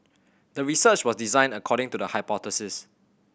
the research was designed according to the hypothesis